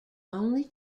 only